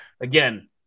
again